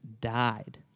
died